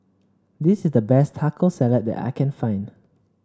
this is the best Taco Salad that I can find